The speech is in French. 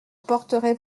porterai